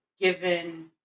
given